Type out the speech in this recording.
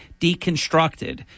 deconstructed